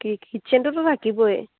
কি কিটচেনটোতো থাকিবই